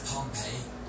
Pompeii